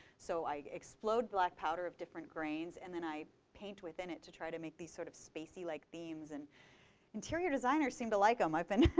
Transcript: so i explode black powder of different grains and then i paint within it to try to make these sort of spacey-like themes. and interior designers seem to like um them.